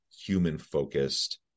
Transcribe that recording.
human-focused